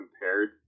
compared